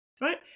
right